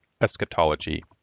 eschatology